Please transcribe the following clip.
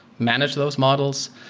manage those models,